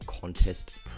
contest